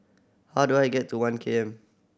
how do I get to One K M